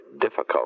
difficult